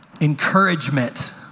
encouragement